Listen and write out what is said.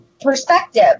perspective